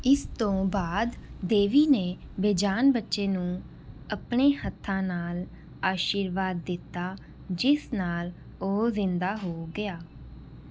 ਇਸ ਤੋਂ ਬਾਅਦ ਦੇਵੀ ਨੇ ਬੇਜਾਨ ਬੱਚੇ ਨੂੰ ਆਪਣੇ ਹੱਥਾਂ ਨਾਲ ਅਸ਼ੀਰਵਾਦ ਦਿੱਤਾ ਜਿਸ ਨਾਲ ਉਹ ਜ਼ਿੰਦਾ ਹੋ ਗਿਆ